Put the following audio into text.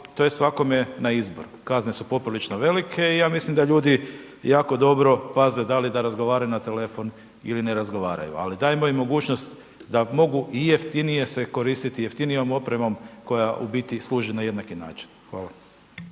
to je svakome na izbor, kazne su poprilično velike i ja mislim da ljudi jako dobro paze da li da razgovaraju na telefon ili ne razgovaraju, ali dajmo im mogućnost da mogu i jeftinije se koristit i jeftinijom opremom koja u biti služi na jednaki način. Hvala.